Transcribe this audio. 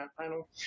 panel